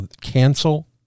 cancel